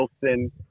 Wilson